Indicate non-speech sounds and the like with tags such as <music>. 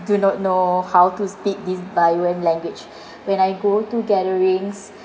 do not know how to speak this boyan language <breath> when I go to gatherings